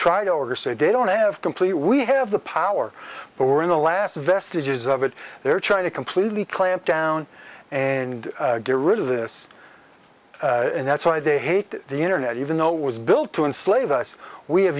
try to order say they don't have complete we have the power but we're in the last vestiges of it they're trying to completely clamp down and get rid of this and that's why they hate the internet even though it was built to enslave us we have